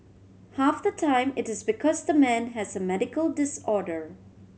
half the time it is because the man has a medical disorder